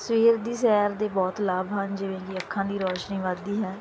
ਸਵੇਰ ਦੀ ਸੈਰ ਦੇ ਬਹੁਤ ਲਾਭ ਹਨ ਜਿਵੇਂ ਕਿ ਅੱਖਾਂ ਦੀ ਰੌਸ਼ਨੀ ਵੱਧਦੀ ਹੈ